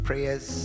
Prayers